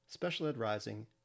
specialedrising